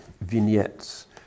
vignettes